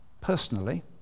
personally